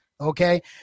okay